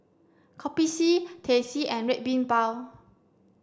Kopi C Teh C and Red Bean Bao